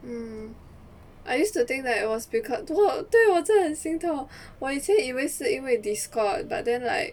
mm I used to think that it was because 我对我真的很心痛我以前以为是因为 Discord but then like